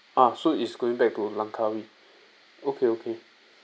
ah so it's going back to langkawi okay okay